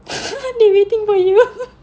they're waiting for you